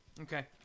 Okay